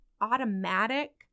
automatic